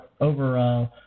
over